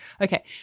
Okay